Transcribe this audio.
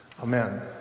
Amen